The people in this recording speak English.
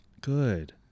Good